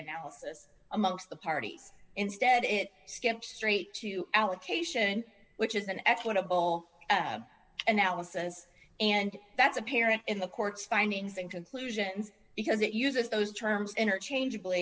analysis amongst the parties instead it stands straight to allocation which is an equitable analysis and that's apparent in the court's findings and conclusions because it uses those terms interchangeabl